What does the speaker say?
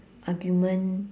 argument